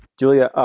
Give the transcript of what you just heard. julia,